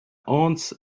hans